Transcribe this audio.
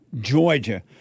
Georgia